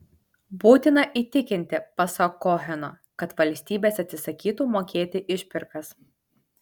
būtina įtikinti pasak koheno kad valstybės atsisakytų mokėti išpirkas